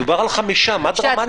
מדובר על חמישה, מה דרמטי?